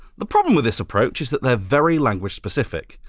the problem with this approach is that they're very language-specific.